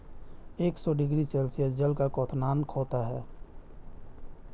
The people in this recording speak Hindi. एक सौ डिग्री सेल्सियस जल का क्वथनांक होता है